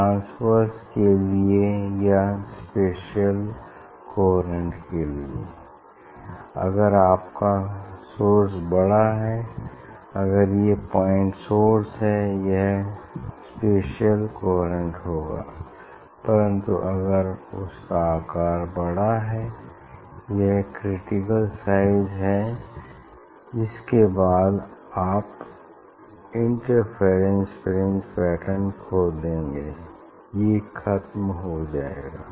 transverse के लिए या स्पेसिअल कोहेरेंट के लिए अगर आपका सोर्स बड़ा है अगर ये पॉइंट सोर्स है यह स्पेसिअल कोहेरेंट होगा परन्तु अगर उसका आकार बढ़ता है एक क्रिटिकल साइज है जिसके बाद आप इंटरफेरेंस फ्रिंज पैटर्न खो देंगे ये ख़त्म हो जाएगा